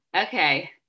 okay